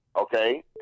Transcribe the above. okay